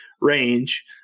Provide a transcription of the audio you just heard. range